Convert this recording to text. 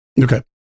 okay